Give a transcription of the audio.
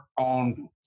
on